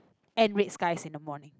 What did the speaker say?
and red skies in the morning